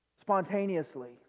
spontaneously